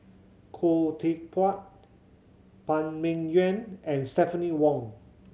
Khoo Teck Puat Phan Ming Yuan and Stephanie Wong